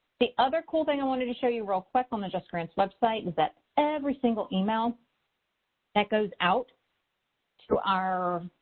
the other cool thing i wanted to show you real quick on the justgrants website is that every single email that goes out to our,